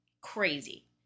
crazy